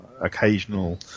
occasional